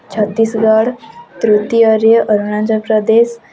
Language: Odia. ଛତିଶଗଡ଼ ତୃତୀୟରେ ଅରୁଣାଚଳପ୍ରଦେଶ